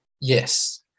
Yes